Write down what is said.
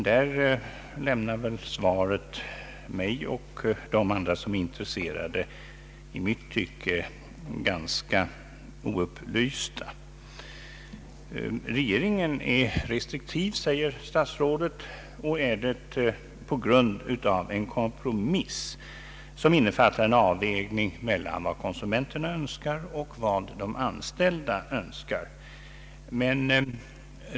Där lämnade emellertid svaret mig och andra intresserade enligt min uppfattning ganska oupplysta. Regeringen är restriktiv, säger statsrådet, på grund av en kompromiss som innefattar en avvägning mellan vad konsumenterna önskar och vad de anställda önskar.